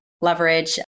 leverage